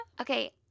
Okay